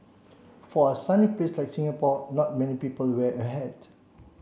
for a sunny place like Singapore not many people wear a hat